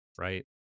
right